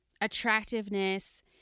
attractiveness